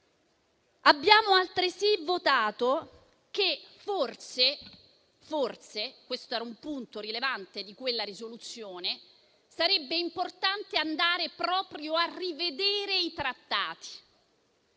Abbiamo altresì votato che forse - questo era un punto rilevante di quella risoluzione - sarebbe importante andare proprio a rivedere i trattati.